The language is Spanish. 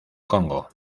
congo